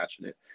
passionate